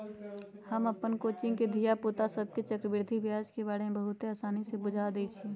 हम अप्पन कोचिंग के धिया पुता सभके चक्रवृद्धि ब्याज के बारे में बहुते आसानी से बुझा देइछियइ